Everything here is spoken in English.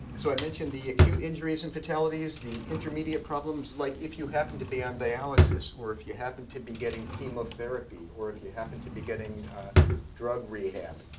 so i mentioned the acute injuries and fatalities. the intermediate problems, like if you happen to be on dialysis, or if you happen to be getting chemotherapy, or if you happen to be getting drug rehab,